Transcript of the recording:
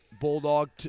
bulldog